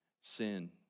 sin